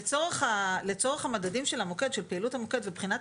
לצורך המדדים של פעילות המוקד ובחינת